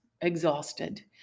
exhausted